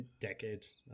decades